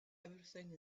everything